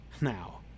now